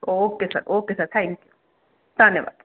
okay sir okay sir thank you ਧੰਨਵਾਦ